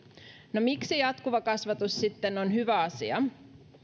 no miksi jatkuva kasvatus sitten on hyvä asia